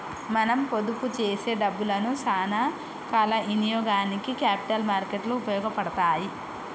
మనం పొదుపు చేసే డబ్బులను సానా కాల ఇనియోగానికి క్యాపిటల్ మార్కెట్ లు ఉపయోగపడతాయి